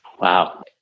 Wow